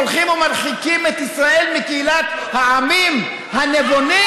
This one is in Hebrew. הולכים ומרחיקים את ישראל מקהילת העמים הנבונים.